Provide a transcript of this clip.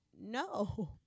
No